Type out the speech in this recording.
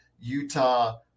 Utah